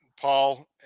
Paul